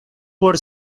por